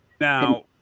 Now